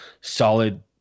solid